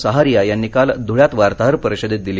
सहारिया यांनी काल धुळ्यात वार्ताहर परिषदेत दिली